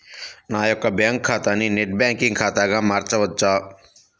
నా యొక్క బ్యాంకు ఖాతాని నెట్ బ్యాంకింగ్ ఖాతాగా మార్చవచ్చా?